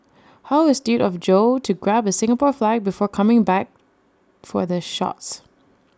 how astute of Joe to grab A Singapore flag before coming back for the shots